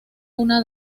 una